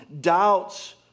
doubts